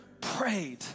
prayed